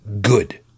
Good